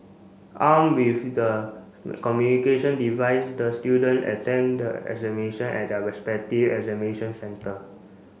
arm with the communication device the student attend the examination at their respective examination centre